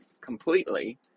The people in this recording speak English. completely